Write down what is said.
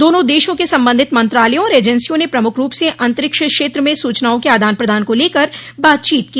दोनों देशों के संबंधित मंत्रालयों और एजेंसियों ने प्रमुख रूप से अंतरिक्ष क्षेत्र में सूचनाओं के आदान प्रदान को लेकर बातचीत की